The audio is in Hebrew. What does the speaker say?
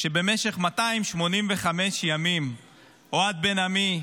שבמשך 285 ימים אוהד בן עמי,